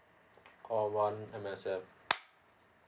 call one M_S_F